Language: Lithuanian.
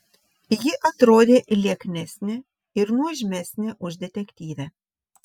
ji atrodė lieknesnė ir nuožmesnė už detektyvę